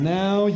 now